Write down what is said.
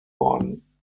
worden